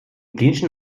klinischen